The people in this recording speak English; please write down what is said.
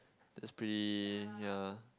that's pretty ya